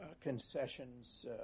concessions